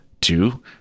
Two